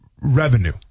revenue